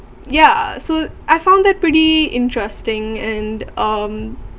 ya so I found that pretty interesting and um